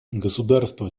государства